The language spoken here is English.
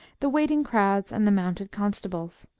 the waiting crowds and the mounted constables.